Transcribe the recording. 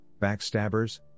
backstabbers